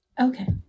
Okay